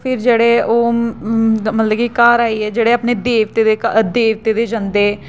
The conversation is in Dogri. फ्ही जेह्ड़े ओह् म मतलब कि घर आइयै जेह्ड़े अपने देवते दे देवते दे जंदे